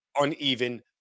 uneven